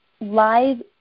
live